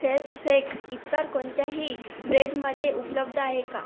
फेसफेक इतर कोणत्याही ब्रेटमध्ये उपलब्ध आहे का